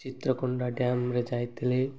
ଚିତ୍ରକୋଣ୍ଡା ଡ୍ୟାମରେ ଯାଇଥିଲି